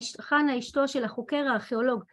‫חנה אשתו של החוקר הארכיאולוג.